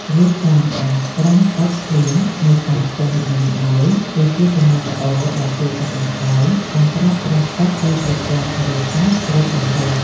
រៀបចំអាងត្រងទឹកភ្លៀងនៅតាមផ្ទះនីមួយៗគឺជាទម្លាប់ល្អដែលជួយកាត់បន្ថយការប្រើប្រាស់ទឹកពីប្រព័ន្ធធារាសាស្ត្ររបស់រដ្ឋ។